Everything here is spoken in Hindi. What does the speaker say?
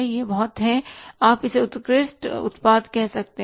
यह बहुत है आप इसे उत्कृष्ट उत्पाद कह सकते हैं